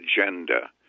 agenda